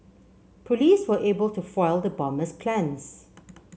police were able to foil the bomber's plans